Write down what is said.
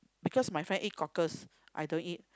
because my friend eat cockles I don't eat